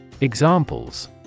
Examples